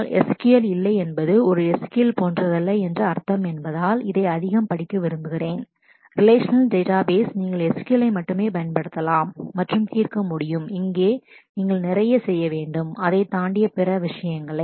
ஆனால் SQL இல்லை என்பது ஒரு SQL போன்றதல்ல என்று அர்த்தம் என்பதால் இதை அதிகம் படிக்க விரும்புகிறேன் ரிலேஷநல் டேட்டாபேஸ் relational database நீங்கள் SQL ஐ மட்டுமே பயன்படுத்தலாம் மற்றும் தீர்க்க முடியும் இங்கே நீங்கள் நிறைய செய்ய வேண்டும் அதைத் தாண்டிய பிற விஷயங்கள்